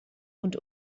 und